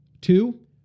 Two